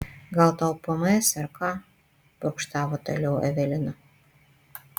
gal tau pms ar ką purkštavo toliau evelina